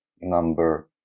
number